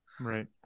Right